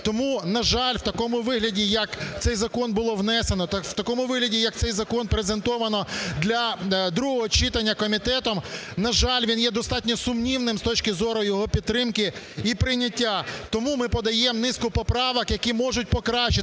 Тому, на жаль, в такому вигляді, як цей закон було внесено, в такому вигляді, як цей закон презентовано для другого читання комітетом, на жаль, він є достатньо сумнівним з точки зору його підтримки і прийняття. Тому ми подаємо низку поправок, які можуть покращити